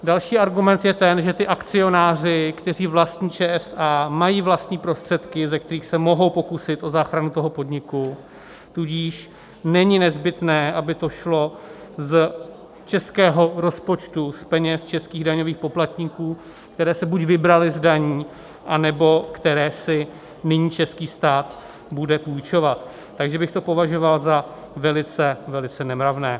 Další argument je ten, že ti akcionáři, kteří vlastní ČSA, mají vlastní prostředky, ze kterých se mohou pokusit o záchranu podniku, tudíž není nezbytné, aby to šlo z českého rozpočtu, z peněz českých daňových poplatníků, které se buď vybraly z daní, nebo které si nyní český stát bude půjčovat, takže bych to považoval za velice nemravné.